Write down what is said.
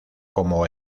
como